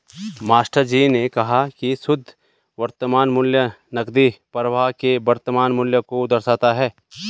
मास्टरजी ने कहा की शुद्ध वर्तमान मूल्य नकदी प्रवाह के वर्तमान मूल्य को दर्शाता है